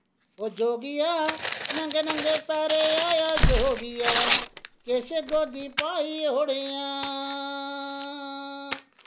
ओ जोगिया नंगे नंगे पैरें आयां जोगिया किश गोदी पाई'ओड़ेआं